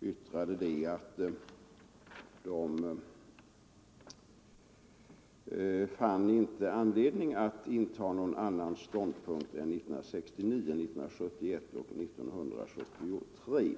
uttalade att utskottet inte fann anledning att inta någon annan ståndpunkt än den det gett uttryck åt 1969, 1971 och 1973.